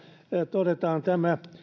todetaan tämä